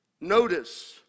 Notice